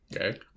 Okay